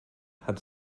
hat